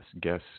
Guess